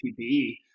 PPE